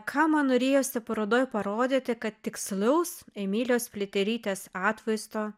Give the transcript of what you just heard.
ką man norėjosi parodoj parodyti kad tikslaus emilijos pliaterytės atvaizdo